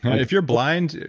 if you're blind,